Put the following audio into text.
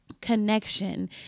connection